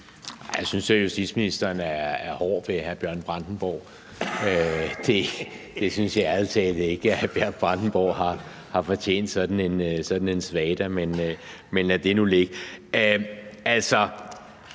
Jeg synes, justitsministeren er hård ved hr. Bjørn Brandenborg, jeg synes ærlig talt ikke, hr. Bjørn Brandenborg har fortjent sådan en svada, men lad det nu ligge.